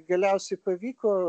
galiausiai pavyko